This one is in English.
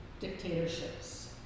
dictatorships